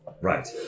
right